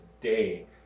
day